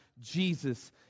Jesus